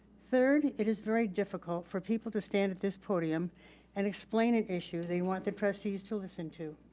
third, it is very difficult for people to stand at this podium and explain an issue they want the trustees to listen to.